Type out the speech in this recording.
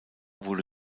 wurde